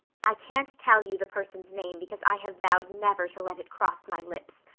i can't tell you the person's name because i have vowed never to let it cross my lips.